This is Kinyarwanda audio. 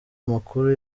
amakuru